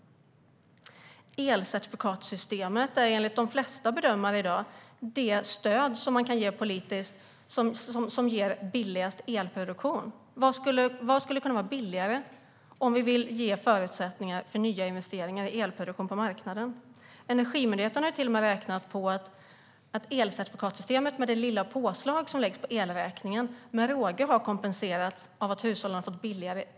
Elcertifikatssystemet är enligt de flesta bedömare det stöd man kan ge politiskt som ger billigast elproduktion. Vad skulle kunna vara billigare om vi vill ge förutsättningar för nya investeringar i elproduktion på marknaden? Energimyndigheten har till och med räknat ut att det lilla påslag som läggs på elräkningen med råge har kompenserats av att hushållen har fått lägre elpriser.